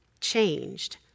changed